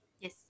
Yes